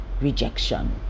rejection